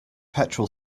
petrol